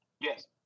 Yes